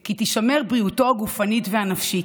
כי תישמר בריאותו הגופנית והנפשית,